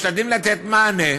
משתדלים לתת מענה,